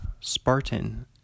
Spartan